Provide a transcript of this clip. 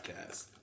Podcast